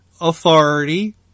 authority